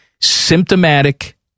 symptomatic